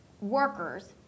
workers